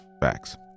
facts